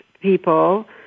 people